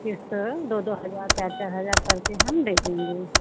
किस्त दो दो हजार चार चार हजार कर के हम दे देंगे